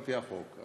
על-פי החוק.